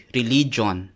religion